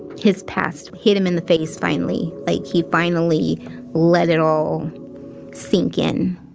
his past hit him in the face finally, like he finally let it all sink in.